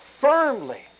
firmly